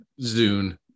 Zune